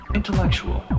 intellectual